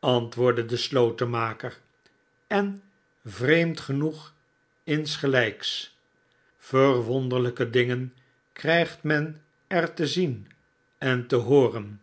antwoordde de slotenmaker sen vreemd genoeg insgelijks verwonderlijke dingen krijgt men er te zien en te hooren